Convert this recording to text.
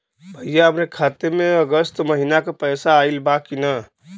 भईया हमरे खाता में अगस्त महीना क पैसा आईल बा की ना?